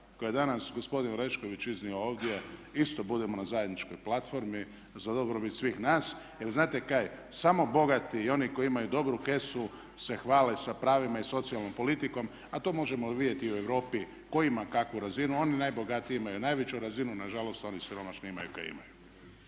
koje je danas gospodin Orešković iznio ovdje isto budemo na zajedničkoj platformi za dobrobit svih nas. Jer znate kaj, samo bogati i oni koji imaju dobru kesu se hvale sa pravima i socijalnom politikom, a to možemo vidjeti i u Europi tko ima kakvu razinu. Oni najbogatiji imaju najveću razinu, na žalost oni siromašni imaju kaj imaju.